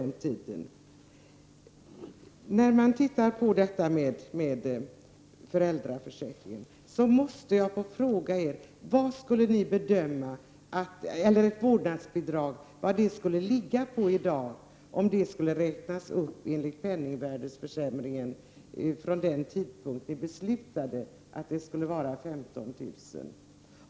När det gäller föräldraförsäkringen måste jag fråga er: Vad skulle ni bedöma att ett vårdnadsbidrag skulle ligga på i dag om det skulle räknas upp enligt penningvärdeförsämringen från den tidpunkt då vi beslutade att det skulle vara 15 000?